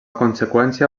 conseqüència